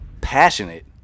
passionate